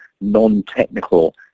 non-technical